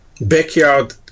backyard